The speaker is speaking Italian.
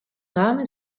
rame